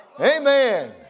Amen